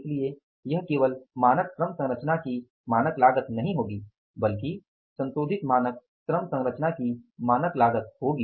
इसलिए यह केवल मानक श्रम संरचना की मानक लागत नहीं होगी बल्कि संशोधित मानक श्रम संरचना की मानक लागत होगी